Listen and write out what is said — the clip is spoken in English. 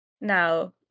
Now